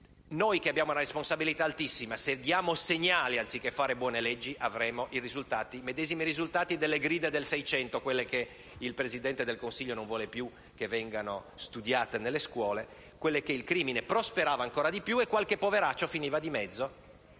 Noi, che abbiamo una responsabilità altissima, se diamo segnali anziché fare buone leggi avremo i medesimi risultati delle gride del Seicento, quelle che il Presidente del Consiglio non vuole più che vengano studiate nelle scuole, quelle di quando il crimine prosperava ancora di più e qualche poveraccio finiva di mezzo,